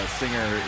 singer